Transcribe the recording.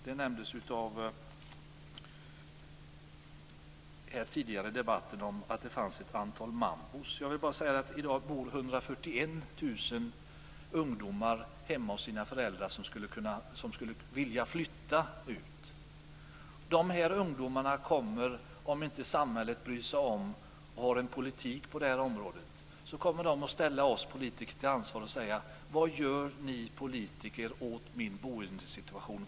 Det nämndes tidigare i debatten att det finns ett antal mambor. I dag bor 141 000 ungdomar, som vill flytta, hemma hos sina föräldrar. Om inte samhället bryr sig om dem och har en politik på det här området kommer de här ungdomarna att ställa oss politiker till ansvar och säga: Vad gör ni politiker åt vår boendesituation?